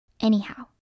Anyhow